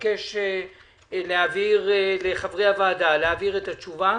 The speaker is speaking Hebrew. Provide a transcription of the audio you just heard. אבקש להעביר לחברי הוועדה את התשובה.